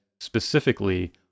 specifically